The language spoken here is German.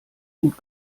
gut